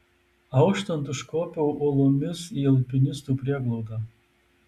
auštant užkopiau uolomis į alpinistų prieglaudą